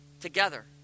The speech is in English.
together